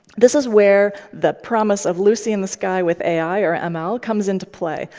this is where the promise of lucy in the sky with ai or ml comes into play,